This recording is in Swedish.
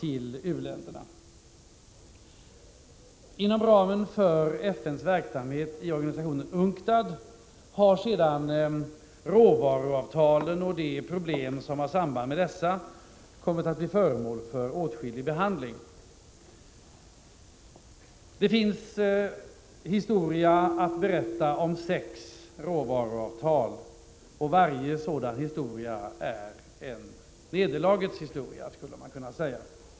Inom ramen för FN:s verksamhet i organisationen UNCTAD har sedan råvaruavtalen och de problem som har samband med dessa kommit att bli föremål för åtskillig behandling. Det finns historia att berätta om sex råvaruavtal, och varje sådan historia är en nederlagets historia, skulle man kunna säga.